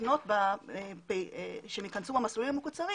מותנות שהם ייכנסו במסלולים המקוצרים